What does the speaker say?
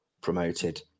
promoted